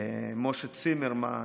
משה צימרמן,